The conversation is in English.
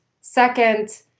second